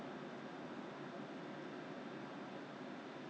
没有啦那些有可能 for those taiwanese will miss the